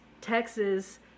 Texas